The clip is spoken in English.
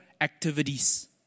activities